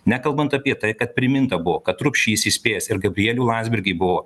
nekalbant apie tai kad priminta buvo kad rubšys įspėjęs ir gabrielių landsbergį buvo